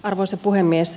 arvoisa puhemies